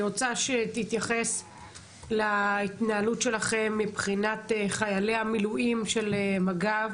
אני רוצה שתתייחס להתנהלות שלכם מבחינת חיילי המילואים של מג"ב,